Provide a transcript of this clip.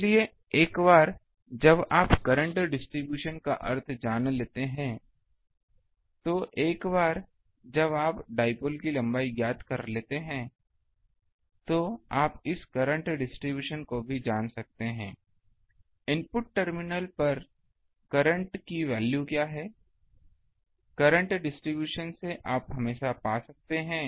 इसलिए एक बार जब आप करंट डिस्ट्रीब्यूशन का अर्थ जान लेते हैं तो एक बार जब आप डाइपोल की लंबाई ज्ञात कर लेते हैं तो आप इस करंट डिस्ट्रीब्यूशन को भी जान सकते हैं इनपुट टर्मिनल पर करंट की वैल्यू क्या है करंट डिस्ट्रीब्यूशन से आप हमेशा पा सकते हैं